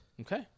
Okay